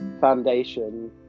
foundation